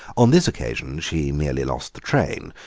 on this occasion she merely lost the train,